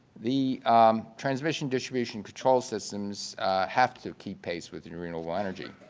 the transmission distribution control systems have to keep pace with and renewable energy.